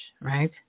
right